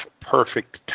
perfect